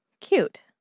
Cute